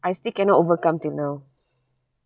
I still cannot overcome till now